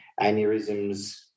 aneurysms